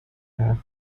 half